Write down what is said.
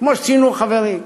כמו שציינו חברים.